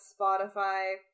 Spotify